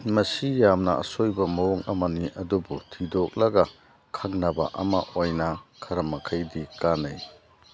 ꯃꯁꯤ ꯌꯥꯝꯅ ꯑꯁꯣꯏꯕ ꯃꯑꯣꯡ ꯑꯃꯅꯤ ꯑꯗꯨꯕꯨ ꯊꯤꯗꯣꯛꯂꯒ ꯈꯪꯅꯕ ꯑꯃ ꯑꯣꯏꯅ ꯈꯔ ꯃꯈꯩꯗꯤ ꯀꯥꯟꯅꯩ